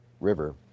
river